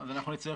אז אנחנו נצטרך,